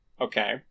Okay